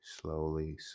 slowly